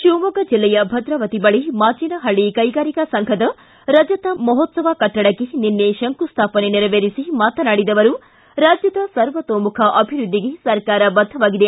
ಶಿವಮೊಗ್ಗ ಜಿಲ್ಲೆಯ ಭದ್ರಾವತಿ ಬಳಿ ಮಾಜೇನಹಳ್ಳಿ ಕೈಗಾರಿಕಾ ಸಂಘದ ರಜತ ಮಹೋತ್ಗವ ಕಟ್ಟಡಕ್ಕೆ ನಿನ್ನೆ ಶಂಕುಸ್ಟಾಪನೆ ನೆರವೇರಿಸಿ ಮಾತನಾಡಿದ ಅವರು ರಾಜ್ಯದ ಸರ್ವತೋಮುಖ ಅಭಿವೃದ್ದಿಗೆ ಸರ್ಕಾರ ಬದ್ದವಾಗಿದೆ